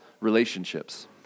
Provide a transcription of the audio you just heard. relationships